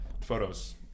photos